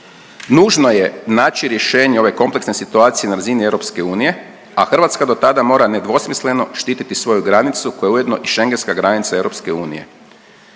Nužno je naći rješenje ove kompleksne situacije na razini EU, a Hrvatska dotada mora nedvosmisleno štiti svoju granicu koja je ujedno i Schengenska granica EU.